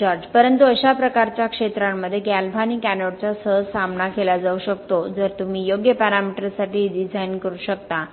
George परंतु अशा प्रकारच्या क्षेत्रांमध्ये गॅल्व्हॅनिक एनोड्सचा सहज सामना केला जाऊ शकतो जर तुम्ही योग्य पॅरामीटर्ससाठी डिझाइन करू शकता